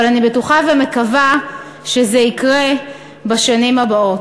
אבל אני בטוחה ומקווה שזה יקרה בשנים הבאות.